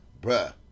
Bruh